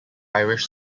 irish